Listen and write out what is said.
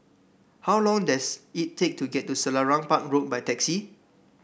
how long does it take to get to Selarang Park Road by taxi